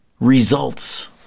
results